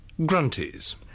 Grunties